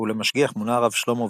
ולמשגיח מונה הרב שלמה וולבה.